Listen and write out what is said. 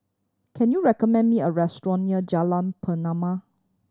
can you recommend me a restaurant near Jalan Pernama